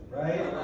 right